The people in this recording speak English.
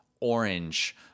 orange